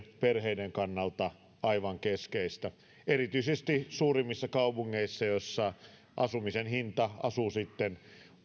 perheiden kannalta aivan keskeistä erityisesti suurimmissa kaupungeissa asumisen hinta asuu sitten